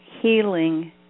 healing